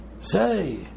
say